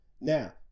Now